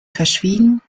verschwiegen